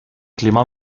clima